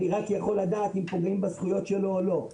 אני רק יכול לדעת אם פוגעים בזכויות שלו או לא.